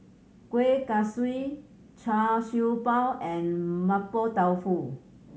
Kuih Kaswi Char Siew Bao and Mapo Tofu